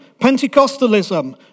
Pentecostalism